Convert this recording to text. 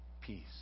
peace